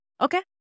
Okay